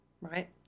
right